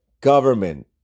government